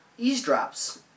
eavesdrops